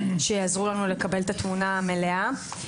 שיעזרו לנו לקבל את התמונה המלאה.